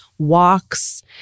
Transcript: walks